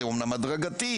זה אמנם הדרגתי,